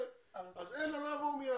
הם לא יבואו מיד.